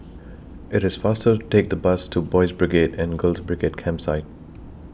IT IS faster to Take The Bus to Boys' Brigade and Girls' Brigade Campsite